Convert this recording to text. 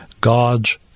God's